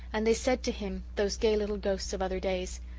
and they said to him, those gay little ghosts of other days,